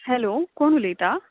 hello कोण उलयता